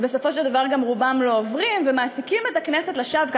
ובסופו של דבר גם רובם לא עוברים ומעסיקים את הכנסת לשווא,